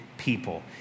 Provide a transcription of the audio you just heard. People